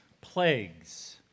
plagues